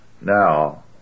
Now